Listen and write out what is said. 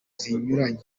zinyuranye